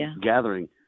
gathering